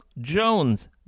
Jones